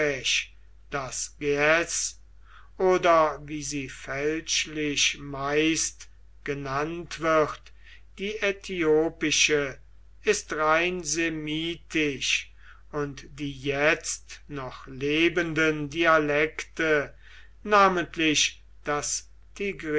oder wie sie fälschlich meist genannt wird die äthiopische ist rein se und die jetzt noch lebenden dialekte namentlich das